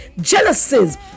jealousies